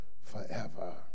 forever